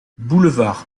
boulevard